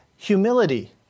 humility